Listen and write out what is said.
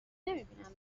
نمیبینم